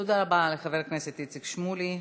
תודה רבה לחבר הכנסת איציק שמוליק.